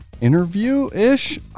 interview-ish